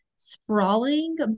sprawling